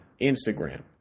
Instagram